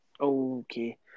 Okay